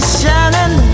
shining